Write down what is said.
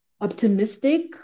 optimistic